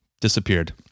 Disappeared